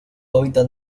hábitat